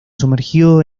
sumergió